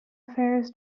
affairs